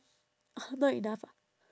not enough ah